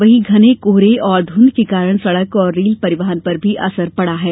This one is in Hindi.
वहीं घने कोहरे और धूंध के कारण सड़क और रेल परिवहन पर भी असर पड़ा है